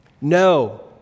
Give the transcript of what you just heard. No